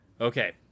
okay